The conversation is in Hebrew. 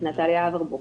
את נטליה אברבוך,